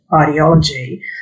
ideology